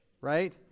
right